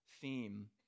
theme